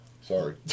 Sorry